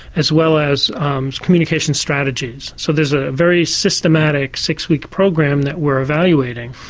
as well as communication strategies. so there's a very systematic six-week program that we're evaluating.